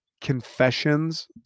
Confessions